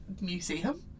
museum